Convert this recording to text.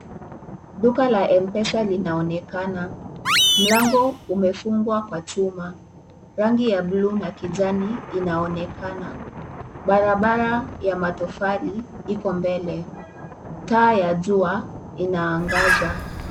Duka la M-Pesa linaonekana mlango umefungwa kwa chuma. Rangi ya bluu na kijani inaonekana. Barabara ya matofali iko mbele. Taa ya jua inaangaza.